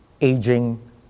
aging